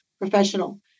professional